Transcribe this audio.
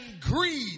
greed